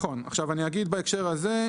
אני אגיד בהקשר הזה,